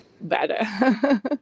better